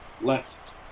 left